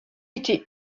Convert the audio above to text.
été